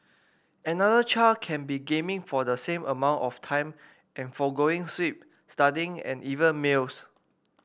another child can be gaming for the same amount of time and forgoing sleep studying and even meals